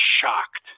shocked